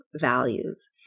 values